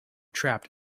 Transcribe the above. trapped